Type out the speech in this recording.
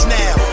now